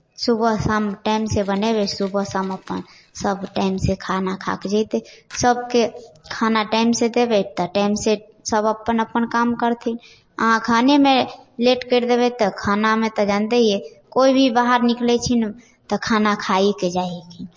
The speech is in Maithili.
सुबह शाम टाइमसँ बनेबै सुबह शाम अपन सभ टाइमसँ खाना खा कऽ जेतै सभके खाना टाइमसँ देबै तऽ टाइमसँ सभ अपन अपन काम करथिन अहाँ खानेमे लेट करि देबै तऽ खानामे तऽ जनिते हियै कोइ भी बाहर निकलैखिन तऽ खाना खाए कऽ जाइ हथिन